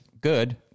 good